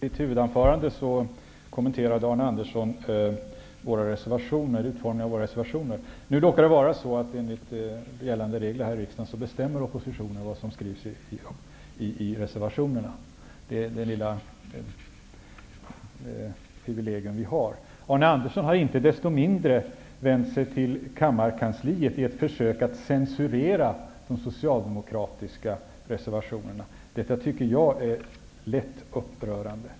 Fru talman! Arne Anderssom kommenterade i sitt anförande våra reservationer. Nu råkar det vara så att enligt gällande regler i riksdagen är det oppositionen som bestämmer vad det skall stå i reservationerna. Det är det privilegium vi har. Arne Andersson har inte desto mindre vänt sig till kammarkansliet i ett försök att censurera de socialdemokratiska reservationerna. Detta tycker jag är lätt upprörande.